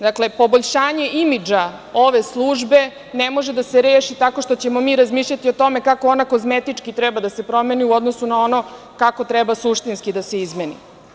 Dakle, poboljšanje imidža ove službe ne može da se reši tako što ćemo mi razmišljati o tome kako ona kozmetički treba da se promeni u odnosu na ono kako treba suštinski da izmeni.